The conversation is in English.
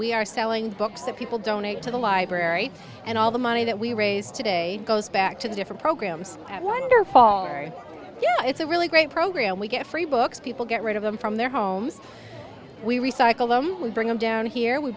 we are selling books that people donate to the library and all the money that we raise today goes back to different programs at wonderfalls it's a really great program we get free books people get rid of them from their homes we recycle them we bring them down here we